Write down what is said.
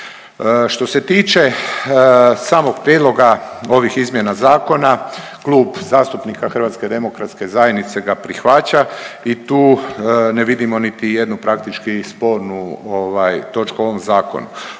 Što se tiče samog prijedloga ovih izmjena zakona Klub zastupnika HDZ-a ga prihvaća i tu ne vidimo niti jednu praktički spornu točku u ovom zakonu.